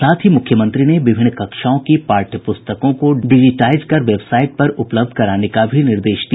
साथ ही मुख्यमंत्री ने विभिन्न कक्षाओं की पाठ्यपुस्तकों को डिजिटाईज कर वेबसाईट पर उपलब्ध कराने का निर्देश दिया